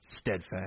steadfast